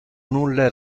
nulle